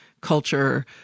culture